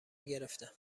گرفتم